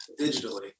digitally